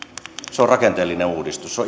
on rakenteellinen uudistus se on